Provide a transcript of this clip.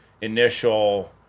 initial